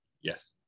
yes